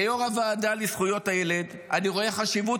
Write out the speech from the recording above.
כיו"ר הוועדה לזכויות הילד אני רואה חשיבות